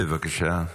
בבקשה.